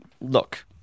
look